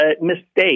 mistake